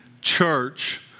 church